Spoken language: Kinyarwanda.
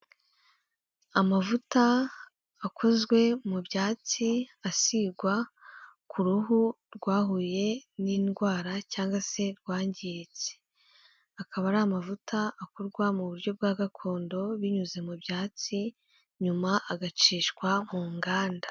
Amavuta akozwe mu byatsi asigwa ku ruhu rwahuye n'indwara cyangwa se rwangiritse, akaba ari amavuta akorwa mu buryo bwa gakondo binyuze mu byatsi, nyuma agacishwa mu nganda.